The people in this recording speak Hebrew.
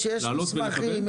יש מסמכים,